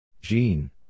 Jean